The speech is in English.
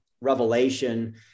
revelation